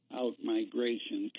out-migration